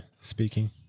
speaking